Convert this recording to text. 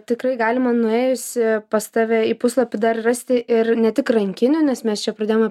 tikrai galima nuėjus pas tave į puslapį dar rasti ir ne tik rankinių nes mes čia pradėjom